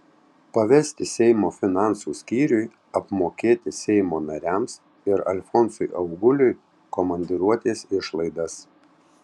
pavesti seimo finansų skyriui apmokėti seimo nariams ir alfonsui auguliui komandiruotės išlaidas